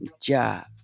job